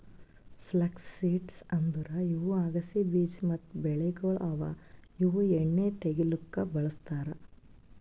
flux seeds ಅಂದುರ್ ಇವು ಅಗಸಿ ಬೀಜ ಮತ್ತ ಬೆಳೆಗೊಳ್ ಅವಾ ಇವು ಎಣ್ಣಿ ತೆಗಿಲುಕ್ ಬಳ್ಸತಾರ್